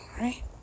right